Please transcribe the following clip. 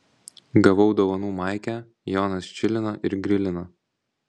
gavau dovanų maikę jonas čilina ir grilina